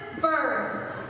birth